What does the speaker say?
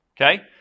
Okay